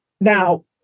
Now